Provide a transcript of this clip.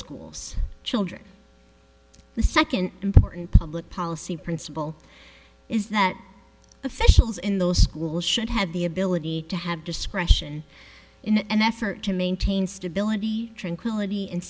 schools children the second important public policy principle is that officials in those schools should have the ability to have discretion in an effort to maintain stability tranquility and